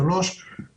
שלוש בארצות הברית.